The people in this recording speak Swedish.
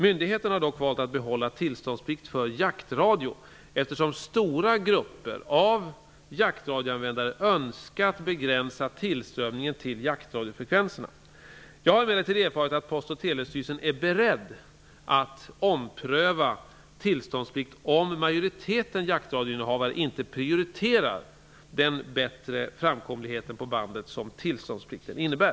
Myndigheten har dock valt att behålla tillståndsplikt för jaktradio eftersom stora grupper av jaktradioanvändare önskat begränsa tillströmningen till jaktradiofrekvenserna. Jag har emellertid erfarit att Post och telestyrelsen är beredd att ompröva tillståndsplikt om majoriteten jaktradioinnehvare inte prioriterar den bättre framkomlighet på bandet som tillståndsplikten innebär.